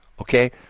Okay